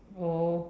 oh